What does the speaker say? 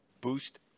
boost